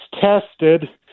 tested